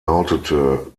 lautete